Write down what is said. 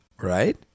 Right